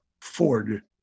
Ford